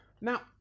Now